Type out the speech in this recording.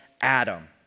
Adam